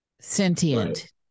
Sentient